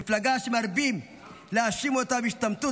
מפלגה שמרבים להאשים אותה בהשתמטות,